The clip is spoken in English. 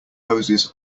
hoses